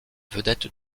vedette